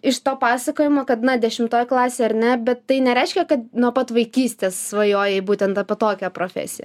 iš to pasakojimo kad na dešimtoje klasėje ar ne bet tai nereiškia kad nuo pat vaikystės svajojai būtent apie tokią profesiją